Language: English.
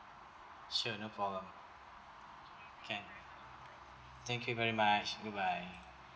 sure no problem can thank you very much bye bye